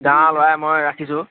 গাঁৱৰ ল'ৰাই মই ৰাখিছোঁ